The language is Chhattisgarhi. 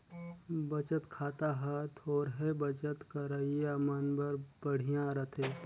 बचत खाता हर थोरहें बचत करइया मन बर बड़िहा रथे